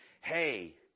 hey